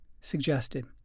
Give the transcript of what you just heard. suggested